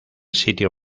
sitio